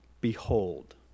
Behold